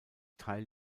teil